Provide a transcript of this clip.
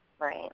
Right